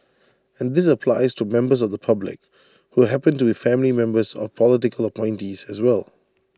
and this applies to members of the public who happen to be family members of political appointees as well